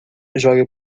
jogue